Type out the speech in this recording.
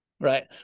Right